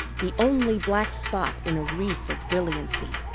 the only black spot in a wreath of brilliancy.